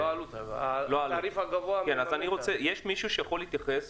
יש מישהו שיכול להתייחס